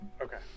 okay